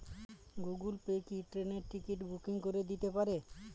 Google Pay কি ট্রেনের ticket booking করে দিতে পারে?